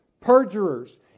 perjurers